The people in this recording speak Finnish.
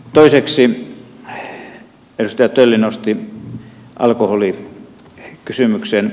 toiseksi edustaja tölli nosti alkoholikysymyksen